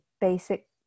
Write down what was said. basic